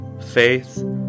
faith